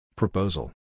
Proposal